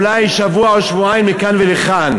אולי שבוע או שבועיים לכאן ולכאן.